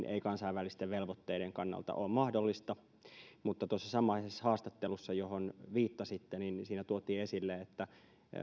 ei kansainvälisten velvoitteiden kannalta ole mahdollista mutta tuossa samaisessa haastattelussa johon viittasitte tuotiin esille että